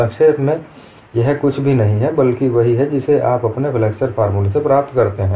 संक्षेप में यह कुछ भी नहीं है बल्कि वही है जिसे आप अपने फ्लेक्सचर फॉर्मूले से प्राप्त करते हैं